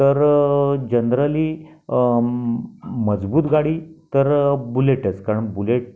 तर जनरली मजबूत गाडी तर बुलेटच कारण बुलेट